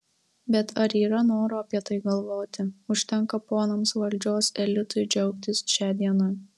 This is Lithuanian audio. bet ar yra noro apie tai galvoti užtenka ponams valdžios elitui džiaugtis šia diena